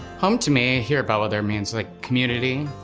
home, to me, here bellwether means like community.